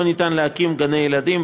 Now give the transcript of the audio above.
להקים גני ילדים,